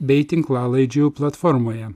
bei tinklalaidžių platformoje